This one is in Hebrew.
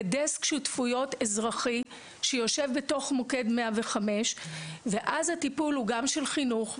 זה דסק שותפויות אזרחי שיושב בתוך מוקד 105. אז הטיפול הוא גם של חינוך,